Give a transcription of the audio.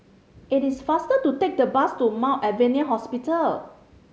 it is faster to take the bus to Mount Alvernia Hospital